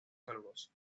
calurosos